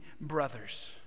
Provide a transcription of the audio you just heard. brothers